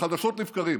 חדשות לבקרים,